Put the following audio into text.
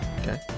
Okay